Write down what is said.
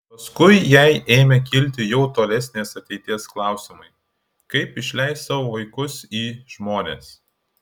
paskui jai ėmė kilti jau tolesnės ateities klausimai kaip išleis savo vaikus į žmones